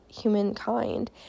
humankind